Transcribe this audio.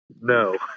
No